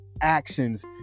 actions